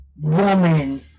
woman